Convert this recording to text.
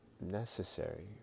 necessary